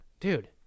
Dude